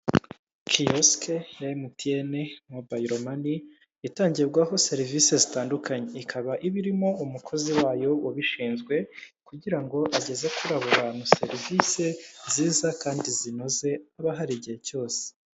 Kiyosike ya Emutiyene mobayiro mani, itangirwaho serivisi zitandukanye, ikaba iba irimo umukozi wayo ubishinzwe kugira ngo ageze kuri abo bantu serivisi nziza kandi zinoze aba ahari igihe cyose.